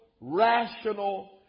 rational